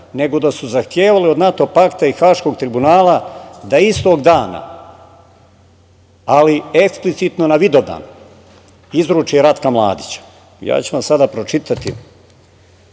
nego da su zahtevale od NATO pakta i Haškog tribunala da istog dana, ali eksplicitno na Vidovdan izruči Ratka Mladića. Ja ću vam sada pročitati